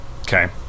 okay